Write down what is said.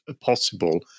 possible